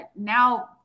now